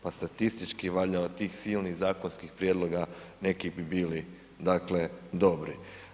Pa statistički valjda od tih silnih zakonskih prijedloga neki bi bili dakle dobri.